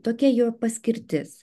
tokia jo paskirtis